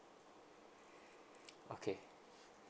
okay